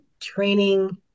training